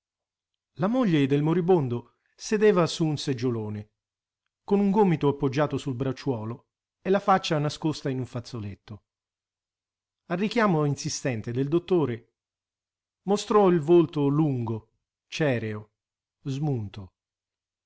la moglie del moribondo sedeva su un seggiolone con un gomito appoggiato sul bracciuolo e la faccia nascosta in un fazzoletto al richiamo insistente del dottore mostrò il volto lungo cereo smunto